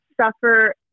suffer